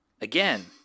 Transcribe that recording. again